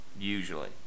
usually